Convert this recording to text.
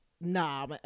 nah